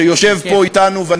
שיושב פה אתנו.